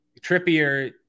trippier